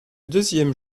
deuxième